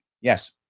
Yes